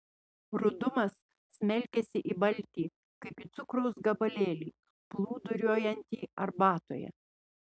rudumas smelkiasi į baltį kaip į cukraus gabalėlį plūduriuojantį arbatoje